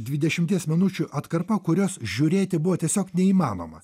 dvidešimties minučių atkarpa kurios žiūrėti buvo tiesiog neįmanoma